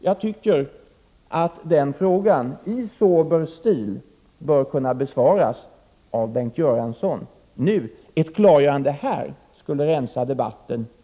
Jag tycker att den frågan i sober stil bör kunnas besvaras av Bengt Göransson nu. Ett klargörande här skulle rensa debatten ordentligt.